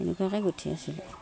এনেকুৱাকৈ গোঁঠি আছিলোঁ